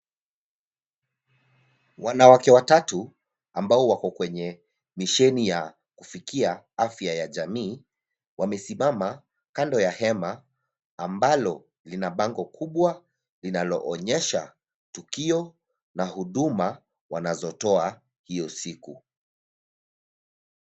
Wanawake watatu ambao wako kwenye misheni ya kufikia afya ya jamii, wamesimama kando ya hema ambalo lina bango kubwa linaloonyesha tukio na huduma wanazotoa hiyo siku.